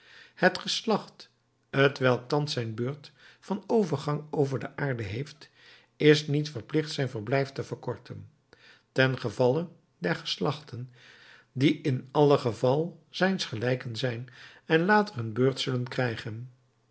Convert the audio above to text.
het geslacht t welk thans zijn beurt van overgang over de aarde heeft is niet verplicht zijn verblijf te verkorten ten gevalle der geslachten die in allen geval zijnsgelijken zijn en later hun beurt zullen krijgen